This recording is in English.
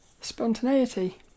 Spontaneity